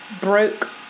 broke